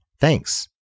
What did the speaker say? Thanks